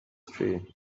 tree